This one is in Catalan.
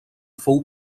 fou